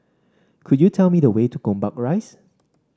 could you tell me the way to Gombak Rise